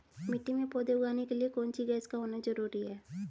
मिट्टी में पौधे उगाने के लिए कौन सी गैस का होना जरूरी है?